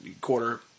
quarter